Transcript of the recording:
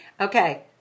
Okay